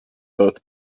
both